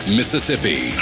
Mississippi